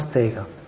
समजतय का